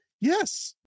Yes